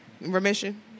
Remission